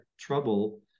trouble